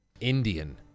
Indian